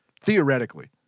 Theoretically